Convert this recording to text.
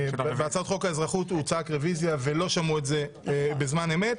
בהצעת חוק האזרחות הוא צעק רוויזיה ולא שמעו את זה בזמן אמת,